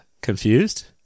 confused